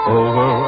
over